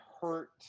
hurt